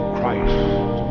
Christ